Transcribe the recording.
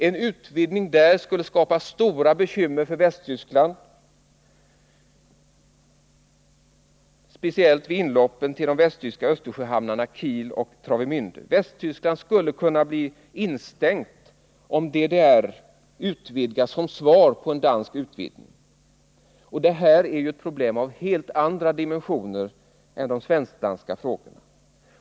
En utvidgning där skulle skapa stora bekymmer för Västtyskland, särskilt vid inloppen till de västtyska Östersjöhamnarna Kiel och Travemände. Västtyskland skulle bli instängt, om DDR, som svar på en dansk utvidgning, utvidgar. Detta är ett problem av helt andra dimensioner än de svenskdanska frågorna.